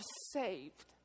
saved